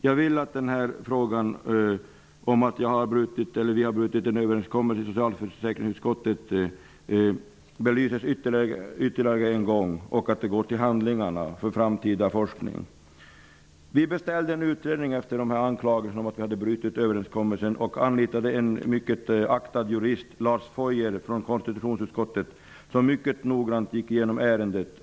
Jag vill att påståendet att vi i socialförsäkringsutskottet har brutit en överenskommelse belyses ytterligare en gång och sedan läggs till handlingarna för framtida forskning. Vi beställde en utredning efter anklagelserna om att vi hade brutit överenskommelsen. Vi anlitade en mycket aktad jurist, nämligen Lars Foyer från konstitutionsutskottet, som mycket noggrant gick igenom ärendet.